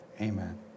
Amen